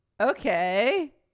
Okay